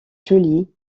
jolie